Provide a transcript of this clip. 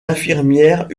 infirmières